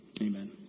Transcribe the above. Amen